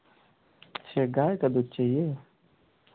अच्छे गाय का दूध चाहिए